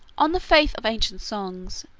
on the faith of ancient songs,